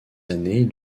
années